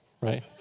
right